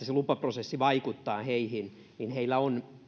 se lupaprosessi vaikuttaa heillä on